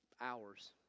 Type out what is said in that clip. hours